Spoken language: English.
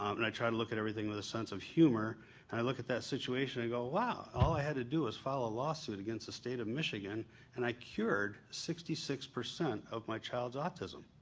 um and i try to look at everything with a sense of humor and i look at that situation and i go, wow, all i had to do is file a lawsuit against the state of michigan and i cured sixty six percent of my child's autism.